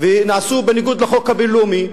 ונעשו בניגוד לחוק הבין-לאומי,